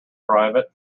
private